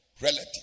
relative